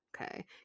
Okay